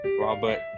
Robert